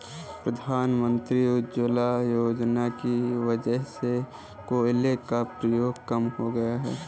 प्रधानमंत्री उज्ज्वला योजना की वजह से कोयले का प्रयोग कम हो गया है